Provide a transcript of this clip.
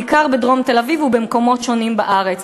בעיקר בדרום תל-אביב ובמקומות שונים בארץ.